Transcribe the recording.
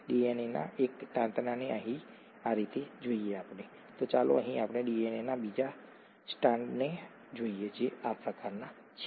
ડીએનએના એક તાંતણાને અહીં આ રીતે જોઇએ ચાલો આપણે અહીં ડીએનએના બીજા સ્ટ્રાન્ડને જોઇએ જે આ પ્રકારના છે